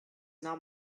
not